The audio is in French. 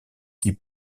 qui